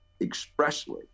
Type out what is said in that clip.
expressly